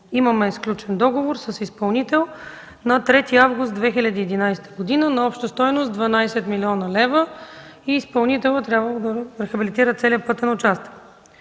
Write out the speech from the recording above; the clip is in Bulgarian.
Имаме сключен договор с изпълнител на 3 август 2011 г. на обща стойност 12 млн. лв. и изпълнителят би трябвало да рехабилитира целия пътен участък.